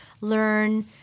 learn